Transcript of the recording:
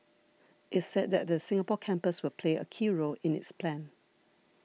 it said that the Singapore campus will play a key role in its plan